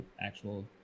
actual